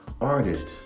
Artist